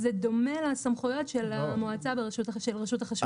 זה דומה לסמכויות של המועצה של רשות החשמל.